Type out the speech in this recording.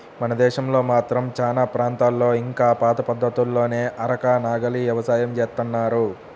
మన దేశంలో మాత్రం చానా ప్రాంతాల్లో ఇంకా పాత పద్ధతుల్లోనే అరక, నాగలి యవసాయం జేత్తన్నారు